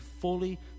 fully